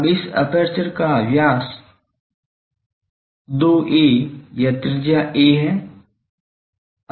अब इस एपर्चर का व्यास 2a या त्रिज्या a है